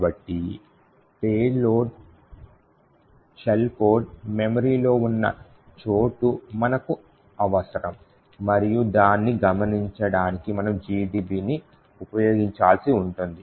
కాబట్టి shell code memory లో ఉన్న చోటు మనకు అవసరం మరియు దాన్ని గమనించడానికి మనం GDBని ఉపయోగించాల్సి ఉంటుంది